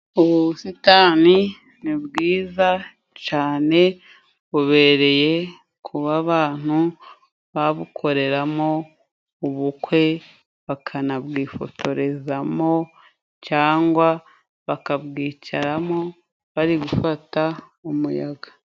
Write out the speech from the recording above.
Ubu busitani ni bwiza cyane, bubereye kuba abantu babukoreramo ubukwe, bakanabwifotorezamo cyangwa bakabwicaramo bari gufata umuyaga.